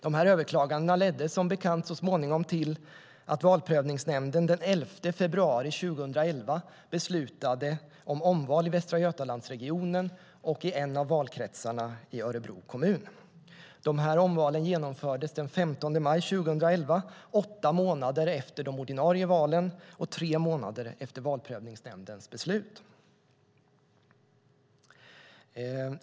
De här överklagandena ledde som bekant så småningom till att Valprövningsnämnden den 11 februari 2011 beslutade om omval i Västra Götalandsregionen och i en av valkretsarna i Örebro kommun. De här omvalen genomfördes den 15 maj 2011, det vill säga åtta månader efter de ordinarie valen och tre månader efter Valprövningsnämndens beslut.